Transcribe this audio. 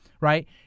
right